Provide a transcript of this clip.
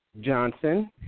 Johnson